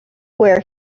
where